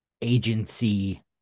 Agency